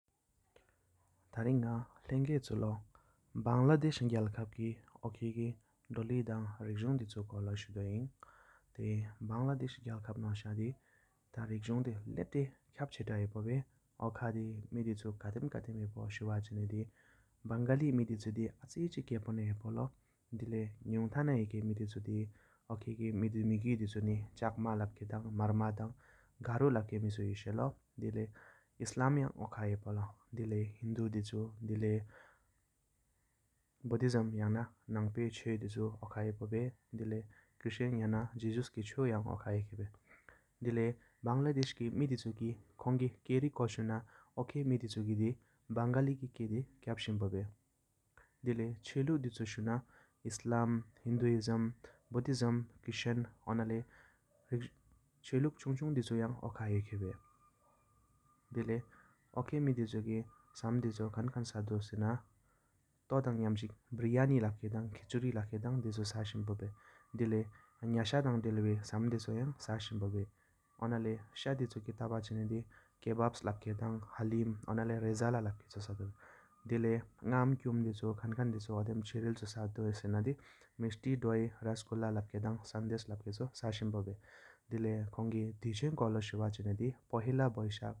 དྷ་རིང་ང་ལེངས་ཡེ་ཆུ་ལོ་བངྷ་ལ་ས་རྒྱལ་ཁབ་ཀྱི་དོད་ཉིད་ཀྱི་རིག་གཟུང་དི་ཆུ་སྐུར་ལོ་གསུམ་བཅུ་སོ་དགའ། དེ་ནས་བངྷ་ལ་ས་རྒྱལ་ཁབ་ནང་སྟད་དེ་དེ་དི་རིག་གཟུང་དི་ལེབ་ཏེ་མཐར་འཚེ་ཡང་བབས་སོས་དོད་ལོ་ནི་མིང་དི་ཆུ་གཏམ་གཏམ་ཡང་བབས་སུབ་ལེན་དེ་བངྷ་ལི་ནི་དི་ཆུ་ཨ་ཆི་ཆིག་བསག་ཚིག་དག་ཡིག་ལོ། དྲིལ་གེ་སྟུང་འཛིན་ཀྱི་མི་དི་སྟུང་ཉི་ནི་འཇེ་མ་མར་མ་བཀའ་རྒྱལ་མི་དི་ཡེ་གཡས་འབུལ་ལོ། དྲིལ་གེ་ཨུ་སྟཱི་མས་ཀྱི་རང་རྐས་ཡེ་གཡས་བཀའ་བཞིན་ལོ། དྲིལ་གེ་ཧུའུ་ལུ་གཞི་དེ་ལེགས་འབད་བསྐོས་པ་རེ་གཡས་ཤོའ་མཁར་རྩེ་དང་ཐག་མཐར་རྐར་ཡེངས་རེ་གཡས་མ་ལོ། དྲིལ་གེ་དང་ཚན་འགོག་དེ་བསྐོས་རྡུམ་རི་བའི་བཀའ་དེ་བཟོ་རྩོལ་ཀྱི་བུ་གཡས་ཐོག་མི་ཤེས། དྲིལ་གྱེུ་འཐུ་བསྐོས་ཁུང་ད་ཁེ་ཀྱི་གཞུང་དོར་མ་བཟོ་བསྟི་མས་བུར་རིས་ཤེས་བཟང་ཞབས་ཡེའི་ལོ། དྲིལ་གེ་བུ་བུར་བསྐོས་ཉིས་དག་ཡེ་ཀྱི་འཇུག་མི་དེ་ཉི་སྐེ་མཟིག་འདི་ཡིས་སར་གཏོན་འཕྲད་ཡོད་ནི་ཤེས། ཨུ་གྱེ་འུ་གཡ་དེ་བསྐོས་གཡོམ་ཀེ་དག་གཞུང་གཞག་བསྐོས་ཡི་བསྟི་མས་ལོ། དྲིལ་གེ་གྲུང་དོ་མི་བརྟིས་མས་སྐོས་གཡི་བསྲེག་བཞག་རིན་ཆ་མེད་ཏེ་སིངས་བཟློས། དྲིལ་གཁེ་ལཫ་ནང་ ཨི་བསྟི་ཧེ་གྷ་སྒྲོན་གཡི་རན་གསིང་གཡ་གཡོབ་བསྐོས་ཉོགས་བགཀར་ཞབས་བསྟི་མས་འཇིད་ཡི་བཀའ་ཨོ་ལོ།